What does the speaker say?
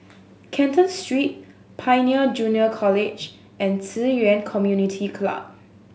Canton Street Pioneer Junior College and Ci Yuan Community Club